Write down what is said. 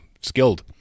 skilled